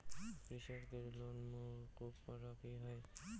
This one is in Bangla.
কৃষকদের লোন মুকুব করা হয় কি?